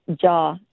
jaw